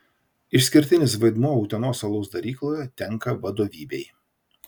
išskirtinis vaidmuo utenos alaus darykloje tenka vadovybei